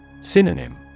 Synonym